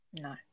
no